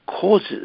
causes